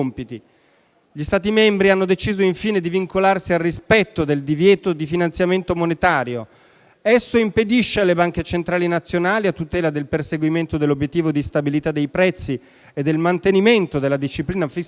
Gli Stati membri hanno deciso, infine, di vincolarsi al rispetto del divieto di finanziamento monetario (…). Esso impedisce alle banche centrali nazionali, a tutela del perseguimento dell'obiettivo di stabilità dei prezzi e del mantenimento della disciplina fiscale,